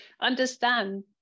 understand